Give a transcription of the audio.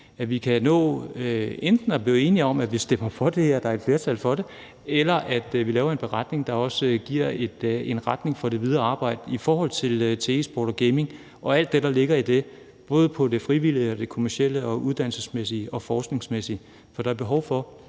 at vi enten kan nå at blive enige om, at vi stemmer for det, og at der er et flertal for det, eller at vi laver en beretning, der også giver en retning for det videre arbejde i forhold til e-sport og gaming og alt det, der ligger i det, både på det frivillige, det kommercielle, det uddannelsesmæssige og det forskningsmæssige område. For der er et behov for,